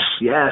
yes